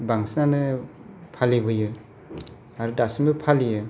बांसिनानो फालिबोयो आरो दासिमबो फालियो